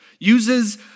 uses